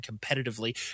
competitively